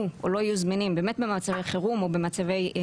או לא יהיו זמינים במצבי חירום או מלחמה,